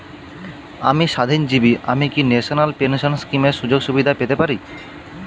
আমি স্বাধীনজীবী আমি কি ন্যাশনাল পেনশন স্কিমের সুযোগ সুবিধা পেতে পারি?